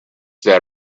that